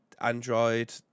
Android